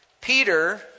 Peter